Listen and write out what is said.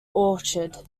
orchid